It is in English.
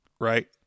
Right